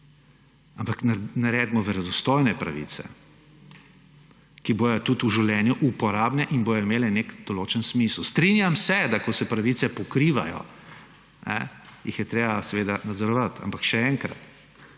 Ampak naredimo verodostojne pravice, ki bodo tudi v življenju uporabne in bodo imele nek določen smisel. Strinjam se, da ko se pravice pokrivajo, jih je treba seveda nadzorovati. Ampak še enkrat,